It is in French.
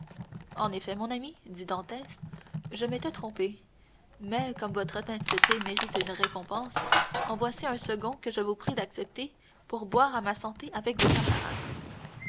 en effet mon ami dit dantès je m'étais trompé mais comme votre honnêteté mérite une récompense en voici un second que je vous prie d'accepter pour boire à ma santé avec vos camarades